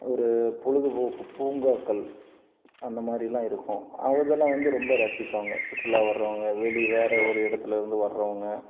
ஒரு பொழுதுபோக்கு பூங்காக்கள் அந்த மாதிரிலா இருக்கும் அதெல்லா வந்து ரொம்ப ரசிப்பாங்க சுற்றுலா வரறவுங்க வெளி வேற ஒரு இடத்துலேர்ந்து வரறவுங்க